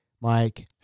Mike